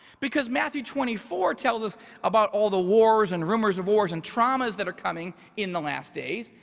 because matthew twenty four tells us about all the wars and rumors of wars and traumas that are coming in the last days,